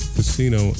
Casino